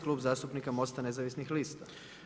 Klub zastupnika Mosta nezavisnih lista.